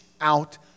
out